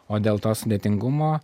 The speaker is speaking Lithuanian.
o dėl to sudėtingumo